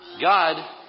God